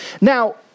Now